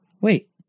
wait